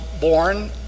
born